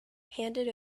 handed